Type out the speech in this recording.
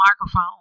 microphone